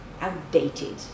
outdated